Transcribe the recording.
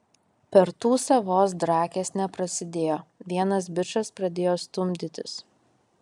per tūsą vos drakės neprasidėjo vienas bičas pradėjo stumdytis